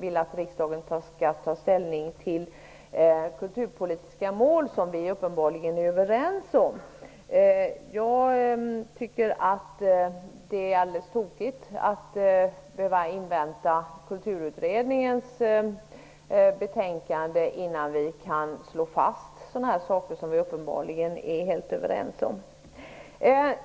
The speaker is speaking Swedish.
vill att riksdagen skall ta ställning beträffande de kulturpolitiska mål som vi uppenbarligen är överens om. Jag tycker att det är heltokigt att vi skall behöva invänta Kulturutredningens betänkande för att kunna slå fast saker som vi uppenbarligen är helt överens om.